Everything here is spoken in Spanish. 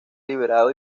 liberado